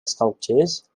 sculptures